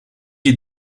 est